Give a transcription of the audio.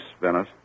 Venice